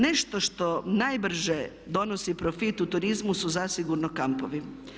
Nešto što najbrže donosi profit u turizmu su zasigurno kampovi.